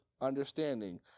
understanding